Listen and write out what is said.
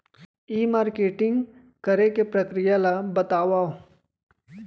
ई marketing करे के प्रक्रिया ला बतावव?